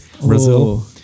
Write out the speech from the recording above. Brazil